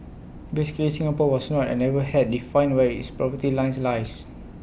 basically Singapore was not and never had defined where its poverty lines lies